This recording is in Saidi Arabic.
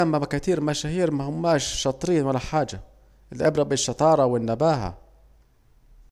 ياما كتير مشاهير مش شاطرين ولا حاجة، العبرة بالشطارة والنباهة